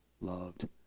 loved